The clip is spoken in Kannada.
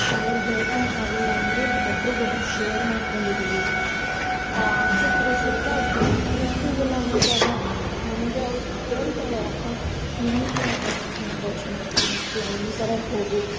ಮನೇಲಿ ಹೇಳ್ಕೊಳಕ್ಕೆ ಆಗಲಿಲ್ಲ ಅಂದರೂ ಒಬ್ರಿಗೆ ಒಬ್ರು ಶೇರ್ ಮಾಡ್ಕೊಂಡಿದ್ದೀವಿ ಆಚೆ ಕಡೆ ಸುತ್ತಾಡ್ತೀವಿ ಟ್ರಿಪ್ಪಿಗೆಲ್ಲ ಹೋದಾಗ ನನಗೆ ಅವ್ಳು ಹೇಳ್ತಾಳೆ ಅಕ್ಕ ನೀನು ಈ ಥರ ಡ್ರೆಸ್ ಮಾಡ್ಕೋ ಚೆನ್ನಾಗಿ ಕಾಣಿಸ್ತೀಯ ಈ ಥರ ಹೋಗು